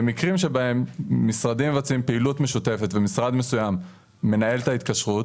במקרים בהם משרדים מבצעים פעילות משותפת ומשרד מסוים מנהל את ההתקשרות,